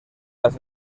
las